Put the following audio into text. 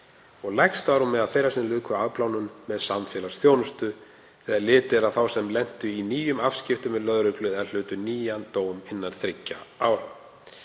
og lægst meðal þeirra sem luku afplánun með samfélagsþjónustu þegar litið er á þá sem lentu í nýjum afskiptum við lögreglu eða hlutu nýjan dóm innan þriggja ára.